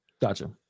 Gotcha